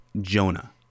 Jonah